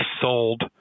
sold